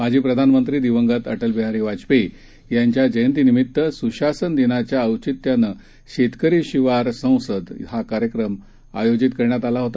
माजीप्रधानमंत्रीदिवंगतअटलबिहारीवाजपेयीयांच्याजयंतीनिमित्त स्शासनदिनाच्याऔचित्यानंशेतकरीशिवारसंसदकार्यक्रमआयोजण्यातआलाहोता